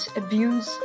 abuse